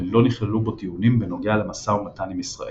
ולא נכללו בו דיונים בנוגע למשא ומתן עם ישראל.